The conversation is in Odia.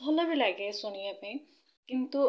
ଭଲ ବି ଲାଗେ ଶୁଣିବା ପାଇଁ କିନ୍ତୁ